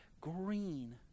green